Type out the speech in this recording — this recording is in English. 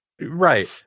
right